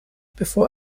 bevor